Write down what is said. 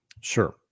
sure